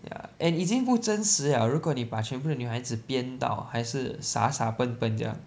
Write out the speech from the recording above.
ya and 已经不真实 liao 如果你把全部的女孩子编到还是傻傻笨笨这样